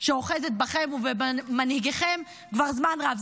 שאוחזת בכם ובמנהיגיכם כבר זמן רב.